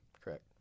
Correct